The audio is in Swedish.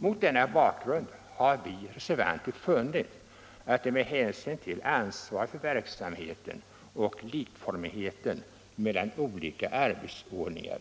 Mot denna bakgrund har vi reservanter funnit att det med hänsyn till ansvaret för verksamheten och likformigheten mellan olika arbetsordningar